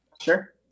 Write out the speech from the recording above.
sure